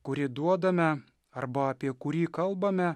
kurį duodame arba apie kurį kalbame